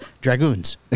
dragoons